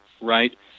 right